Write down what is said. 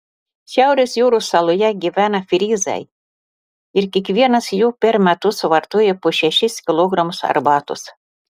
šiaurės jūros saloje gyvena fryzai ir kiekvienas jų per metus suvartoja po šešis kilogramus arbatos